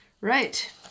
right